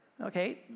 okay